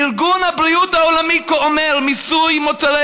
ארגון הבריאות העולמי אומר: מיסוי מוצרי